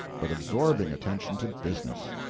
but absorbing attention to business.